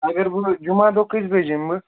اگر بہٕ جُمعہ دۄہ کٔژِ بَجہِ یِم بہٕ